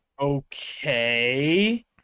Okay